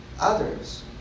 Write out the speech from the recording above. others